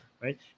right